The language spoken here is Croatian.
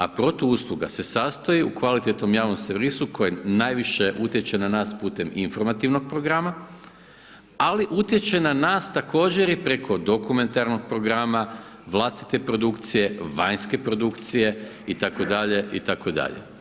A protuusluga se sastoji u kvalitetnom javnom servisu koji najviše utječe na nas putem informativnog programa ali utječe na nas također i preko dokumentarnog programa, vlastite produkcije, vanjske produkcije itd., itd.